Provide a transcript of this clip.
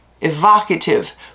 evocative